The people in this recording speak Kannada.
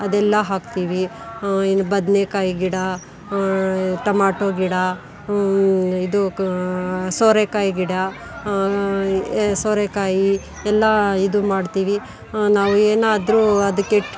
ಅದೆಲ್ಲ ಹಾಕ್ತೀವಿ ಬದನೆಕಾಯಿ ಗಿಡ ಟೊಮಾಟೋ ಗಿಡ ಇದು ಸೋರೆಕಾಯಿ ಗಿಡ ಸೋರೆಕಾಯಿ ಎಲ್ಲ ಇದು ಮಾಡ್ತೀವಿ ನಾವು ಏನಾದ್ರೂ ಅದಕ್ಕೆ